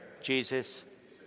Jesus